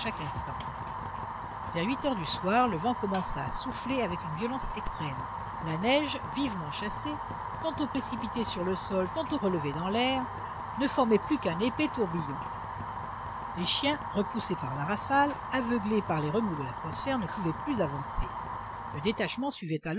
chaque instant vers huit heures du soir le vent commença à souffler avec une violence extrême la neige vivement chassée tantôt précipitée sur le sol tantôt relevée dans l'air ne formait plus qu'un épais tourbillon les chiens repoussés par la rafale aveuglés par les remous de l'atmosphère ne pouvaient plus avancer le détachement suivait